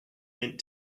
mint